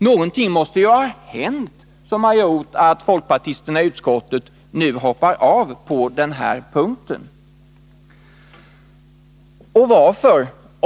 Någonting måste ju ha hänt som har gjort att folkpartisterna i utskottet nu hoppar av på denna punkt.